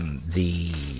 and the,